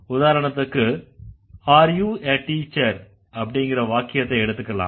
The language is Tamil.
உதாரணத்துக்கு are you a teacher அப்படிங்கற வாக்கியத்தை எடுத்துக்கலாம்